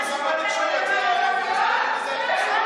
שהשר יעשה את העבודה שלו כמו שצריך.